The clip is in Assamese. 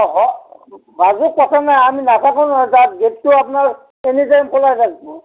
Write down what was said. মাজত কথা নাই আমি নাথাকো নহয় তাত গেটটো আপোনাৰ এনি টাইম খোলা থাকিব